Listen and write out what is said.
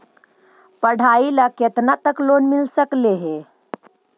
पढाई ल केतना तक लोन मिल सकले हे?